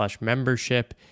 membership